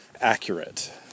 accurate